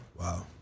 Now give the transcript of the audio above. Wow